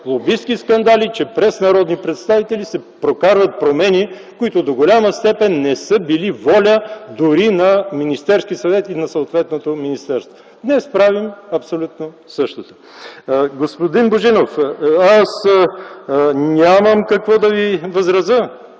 лобистки скандали, че през народни представители се прокарват промени, които до голяма степен не са били воля дори на Министерския съвет и на съответното министерство. Днес правим абсолютно същото. Господин Божинов, нямам какво да Ви възразя.